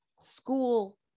school